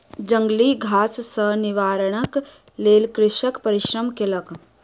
जंगली घास सॅ निवारणक लेल कृषक परिश्रम केलक